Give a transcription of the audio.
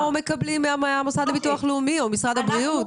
מקבלים מהביטוח הלאומי או ממשרד הבריאות?